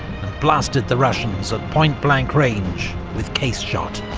blasted the russians at point blank range with case shot.